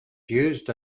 used